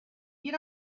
you